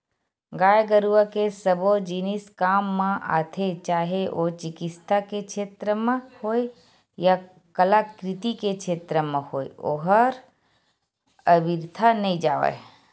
गाय गरुवा के सबो जिनिस काम म आथे चाहे ओ चिकित्सा के छेत्र म होय या कलाकृति के क्षेत्र म होय ओहर अबिरथा नइ जावय